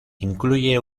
incluye